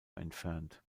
entfernt